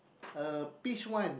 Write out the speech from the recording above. uh pitch one